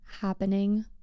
happening